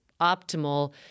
optimal